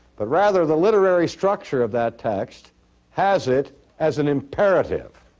but rather the literary structure of that text has it as an imperative.